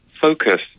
focus